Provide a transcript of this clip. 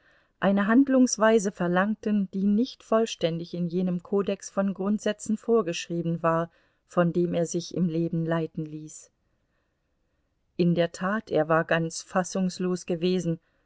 eine handlungsweise verlangten die nicht vollständig in jenem kodex von grundsätzen vorgeschrieben war von dem er sich im leben leiten ließ in der tat er war ganz fassungslos gewesen